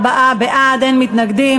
44 בעד, אין מתנגדים.